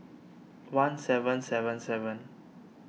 one seven seven seven